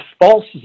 false